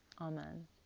Amen